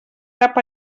cap